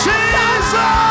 Jesus